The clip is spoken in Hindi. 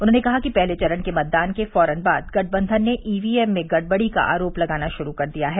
उन्होने कहा कि पहले चरण के मतदान के फौरन बाद गठबन्धन ने ईवी एम में गड़बड़ी का आरोप लगाना शुरू कर दिया है